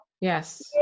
yes